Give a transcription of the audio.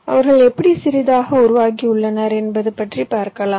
அவர்கள் எப்படி சிறியதாக உருவாக்கியுள்ளார்கள் என்பது பற்றி பார்க்கலாம்